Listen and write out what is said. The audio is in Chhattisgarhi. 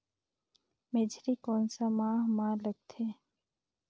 मेझरी कोन सा माह मां लगथे